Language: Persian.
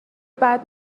بعد